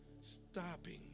stopping